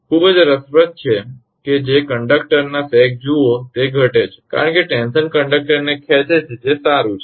ખૂબ જ રસપ્રદ છે કે જે કંડક્ટરનો સેગ જુઓ તે ઘટે છે કારણ કે ટેન્શન કંડક્ટરને ખેંચે છે જે સારું છે